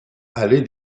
allée